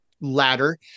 ladder